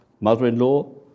Mother-in-law